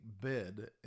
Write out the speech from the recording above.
bed